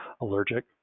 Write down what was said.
allergic